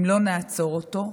אם לא נעצור אותו,